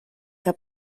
que